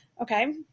okay